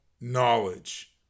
knowledge